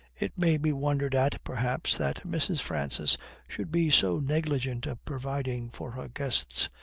it may be wondered at, perhaps, that mrs. francis should be so negligent of providing for her guests,